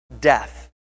death